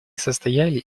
состояли